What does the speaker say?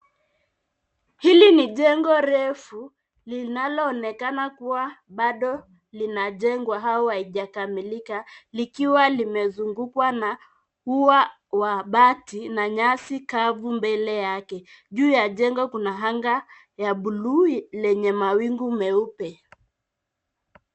Hili ni jengo refu linaloonekana kuwa bado linajengwa au haijakamilika, likiwa limezungukwa na ua wa bati na nyasi kavu mbele yake. Juu ya jengo kuna anga ya buluu lenye mawingu meupe.